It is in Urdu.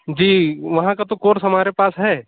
جی وہاں کا تو کورس ہمارے پاس ہے